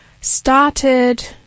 started